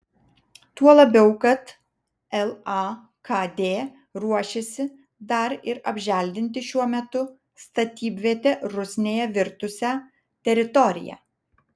tuo labiau kad lakd ruošiasi dar ir apželdinti šiuo metu statybviete rusnėje virtusią teritoriją